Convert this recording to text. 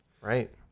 right